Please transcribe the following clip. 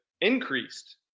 increased